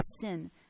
sin